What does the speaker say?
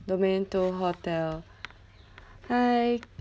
domain two hotel hi